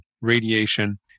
radiation